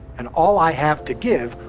and all i have to give,